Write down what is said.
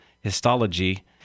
histology